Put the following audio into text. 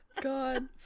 God